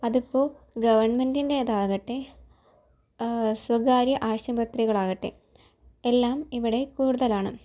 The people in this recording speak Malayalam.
അതിപ്പോൾ ഗവൺമെൻറ്റിൻ്റേതാക്കട്ടെ സ്വകാര്യ ആശുപത്രികളാകട്ടെ എല്ലാം ഇവിടെ കൂടുതലാണ്